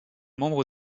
membre